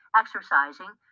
exercising